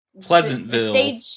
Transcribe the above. Pleasantville